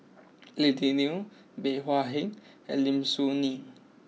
Lily Neo Bey Hua Heng and Lim Soo Ngee